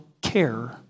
care